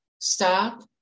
Stop